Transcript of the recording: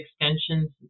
extensions